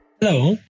Hello